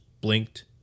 blinked